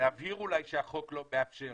אולי להבהיר שהחוק לא מאפשר.